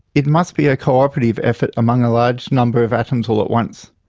it must be a co-operative effort among a large number of atoms all at once.